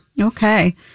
Okay